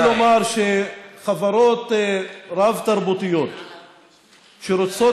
אני רוצה לומר שחברות רב-תרבותיות שרוצות